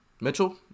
Mitchell